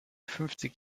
fünfzig